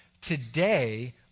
today